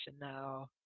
now